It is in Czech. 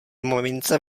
mamince